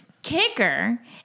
Kicker